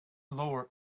lower